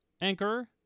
Anchor